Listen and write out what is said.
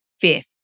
fifth